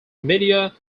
media